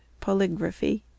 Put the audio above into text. Polygraphy